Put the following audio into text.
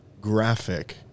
graphic